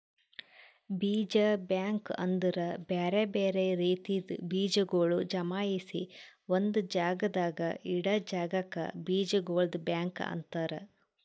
ಬೀಜ ಬ್ಯಾಂಕ್ ಅಂದುರ್ ಬ್ಯಾರೆ ಬ್ಯಾರೆ ರೀತಿದ್ ಬೀಜಗೊಳ್ ಜಮಾಯಿಸಿ ಒಂದು ಜಾಗದಾಗ್ ಇಡಾ ಜಾಗಕ್ ಬೀಜಗೊಳ್ದು ಬ್ಯಾಂಕ್ ಅಂತರ್